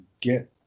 get